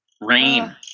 Rain